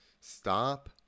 stop